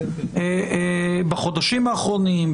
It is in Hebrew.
בחודשים האחרונים,